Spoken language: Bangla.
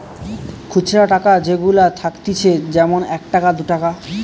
খুচরা টাকা যেগুলা থাকতিছে যেমন এক টাকা, দু টাকা